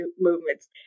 movements